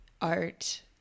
art